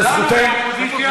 אנחנו רק מושכים